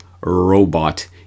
robot